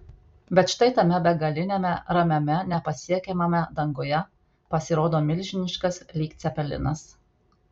bet štai tame begaliniame ramiame nepasiekiamame danguje pasirodo milžiniškas lyg cepelinas